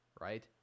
right